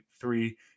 three